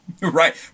Right